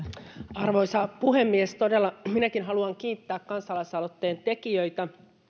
arvoisa puhemies todella minäkin haluan kiittää kansalaisaloitteen tekijöitä